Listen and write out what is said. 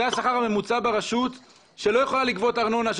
זה השכר הממוצע ברשות שלא יכולה לגבות ארנונה,